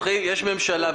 יש ממשלה,